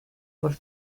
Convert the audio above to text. por